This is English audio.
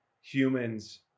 humans